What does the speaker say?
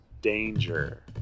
danger